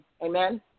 Amen